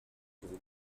groupe